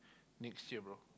next year bro